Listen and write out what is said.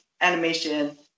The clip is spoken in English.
animation